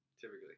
typically